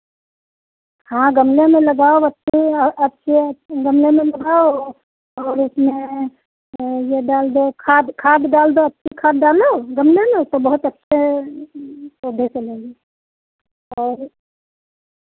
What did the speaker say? हाँ गमले में लगाओ अच्छे यह अच्छे हैं गमले में लगाओ और उसमें ये डाल दो खाद खाद डाल दो अच्छी खाद डालो गमले में तो बहुत अच्छे पौधे चलेंगे और